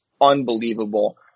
unbelievable